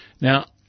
Now